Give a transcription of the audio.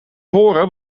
horen